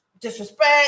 Disrespect